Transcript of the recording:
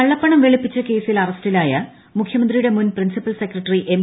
കള്ളപ്പണം വെളുപ്പിച്ച കേസിൽ മുഖ്യമന്ത്രിയുടെ മുൻ ് പ്രിൻസിപ്പൽ് സെക്രട്ടറി എം